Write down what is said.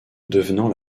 devenant